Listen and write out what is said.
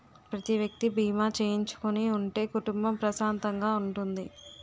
ప్రతి వ్యక్తి బీమా చేయించుకుని ఉంటే కుటుంబం ప్రశాంతంగా ఉంటుంది